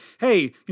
hey